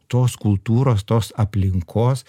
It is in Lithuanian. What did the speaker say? tos kultūros tos aplinkos